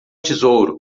tesouro